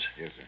Yes